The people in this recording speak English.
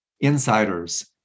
insiders